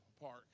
Park